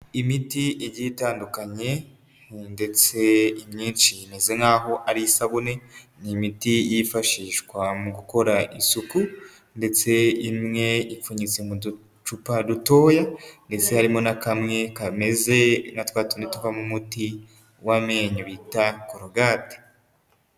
Imiti igiye itandukanye, ndetse imyinshi imeze nk'aho ari isabune ,ni imiti yifashishwa mu gukora isuku, ndetse imwe ipfunyitse mu ducupa dutoya, ndetse harimo na kamwe kameze nka twatundi tubamo umuti w'amenyo bita colgate.